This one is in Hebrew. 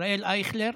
ישראל אייכלר,